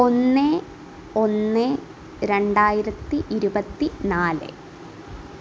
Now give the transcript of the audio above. ഒന്ന് ഒന്ന് രണ്ടായിരത്തി ഇരുപത്തി നാല്